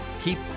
keep